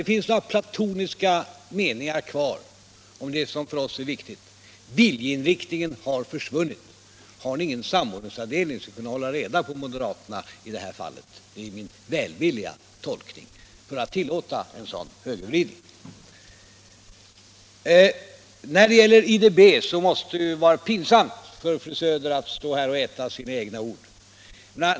Där finns några platoniska meningar kvar om det som för oss är viktigt. Men viljeinriktningen har försvunnit. Har ni ingen samordningsavdelning, som kunde hålla reda på moderaterna — det är min välvilliga tolkning — och inte tillåta en sådan här högervridning? När det gäller IDB måste det vara pinsamt för fru Söder att stå här och äta sina egna ord.